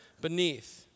beneath